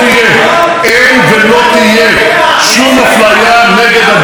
אין ולא תהיה שום אפליה נגד אדם כלשהו.